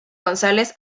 gonzález